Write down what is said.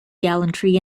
gallantry